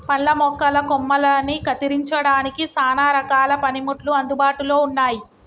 పండ్ల మొక్కల కొమ్మలని కత్తిరించడానికి సానా రకాల పనిముట్లు అందుబాటులో ఉన్నాయి